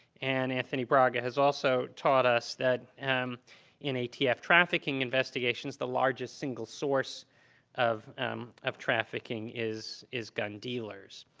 and anthony braga has also taught us that um in atf trafficking investigations, the largest single source of of trafficking is is gun dealers.